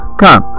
come